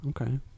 Okay